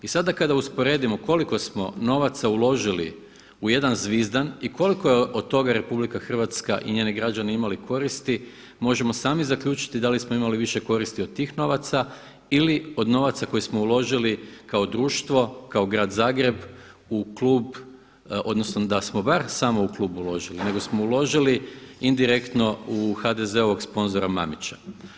I sada kada usporedimo koliko smo novaca uložili u jedan Zvizdan i koliko je od toga RH i njeni građani imali koristi, možemo sami zaključiti da li smo imali više koristi od tih novaca ili od novaca koje smo uložili kao društvo, kao grad Zagreb u klub odnosno da smo bar samo u klub uložili, nego smo uložili indirektno u HDZ-ovog sponzora Mamića.